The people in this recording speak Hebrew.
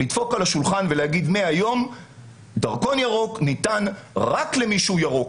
לדפוק על השולחן ולומר שמהיום דרכון ירוק ניתן רק למי שהוא ירוק.